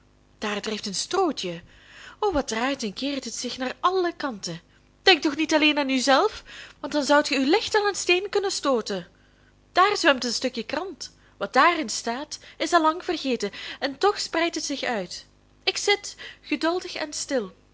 daar drijft een strootje o wat draait en keert het zich naar alle kanten denkt toch niet alleen aan u zelf want dan zoudt ge u licht aan een steen kunnen stooten daar zwemt een stukje krant wat daarin staat is al lang vergeten en toch spreidt het zich uit ik zit geduldig en stil